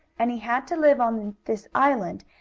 and he had to live on this island,